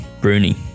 Bruni